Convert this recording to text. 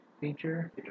feature